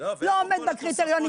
לא עומד בקריטריונים,